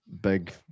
big